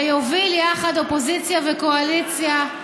ויוביל יחד, אופוזיציה וקואליציה,